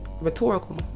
rhetorical